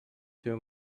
too